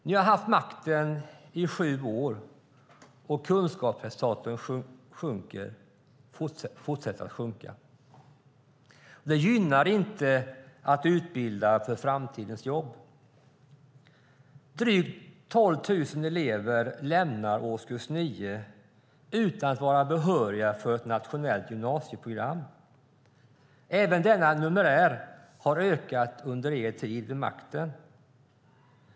Ni har haft makten i sju år, och kunskapsresultaten fortsätter att sjunka. Det gynnar inte utbildningen för framtidens jobb. Drygt 12 000 elever lämnar årskurs 9 utan att vara behöriga till ett nationellt gymnasieprogram. Även denna numerär har ökat under er tid vid makten.